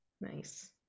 nice